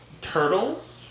turtles